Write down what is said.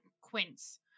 quince